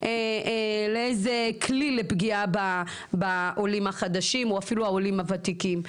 לאיזה כלי לפגיעה בעולים החדשים או אפילו העולים הוותיקים.